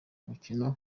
n’umukinnyi